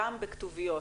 גם בכתוביות,